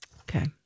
Okay